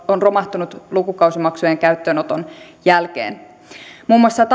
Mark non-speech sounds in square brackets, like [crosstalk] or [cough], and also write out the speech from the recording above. on romahtanut lukukausimaksujen käyttöönoton jälkeen muun muassa [unintelligible]